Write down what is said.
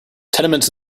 tenements